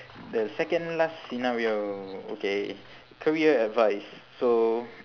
the second last scenario okay career advice so